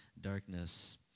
darkness